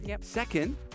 second